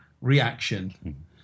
reaction